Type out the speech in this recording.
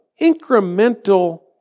incremental